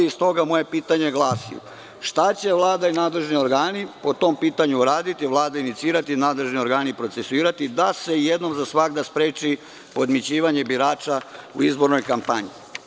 Stoga moje pitanje glasi – šta će Vlada i nadležni organi po tom pitanju uraditi, Vlada inicirati a nadležni organi procesuirati, da se jednom za svagda spreči podmićivanje birača u izbornoj kampanji?